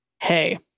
hey